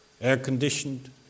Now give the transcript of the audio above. air-conditioned